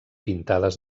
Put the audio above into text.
pintades